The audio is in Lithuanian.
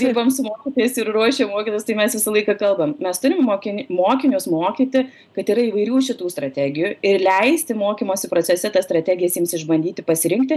dirbam su mokytojais ir ruošiam mokytojus tai mes visą laiką kalbam mes turim mokin mokinius mokyti kad yra įvairių šitų strategijų ir leisti mokymosi procese tas strategijas jiems išbandyti pasirinkti